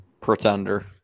Pretender